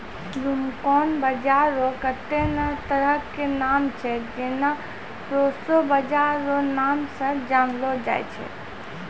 broomcorn बाजरा रो कत्ते ने तरह के नाम छै जेना प्रोशो बाजरा रो नाम से जानलो जाय छै